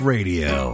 Radio